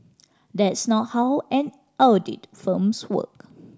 that's not how an audit firms work